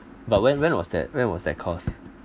but when when was that when was that course